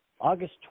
August